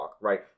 right